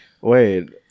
wait